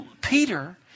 Peter